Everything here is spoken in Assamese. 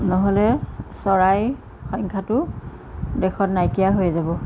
নহ'লে চৰাই সংখ্যাটো দেশত নাইকিয়া হৈ যাব